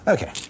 Okay